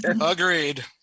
agreed